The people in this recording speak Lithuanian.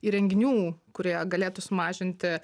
įrenginių kurie galėtų sumažinti